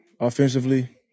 offensively